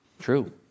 True